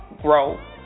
grow